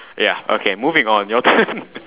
ya okay moving on your turn